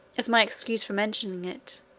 as my excuse for mentioning it,